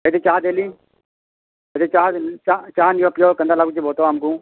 ଏଠି ଚାହା ଦେଲି ଏଠି ଚାହା ଚାହା ଚାହା ନିଅ ପିଅ କେନ୍ତା ଲାଗୁଛି ବତ ଆମକୁ